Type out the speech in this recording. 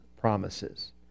promises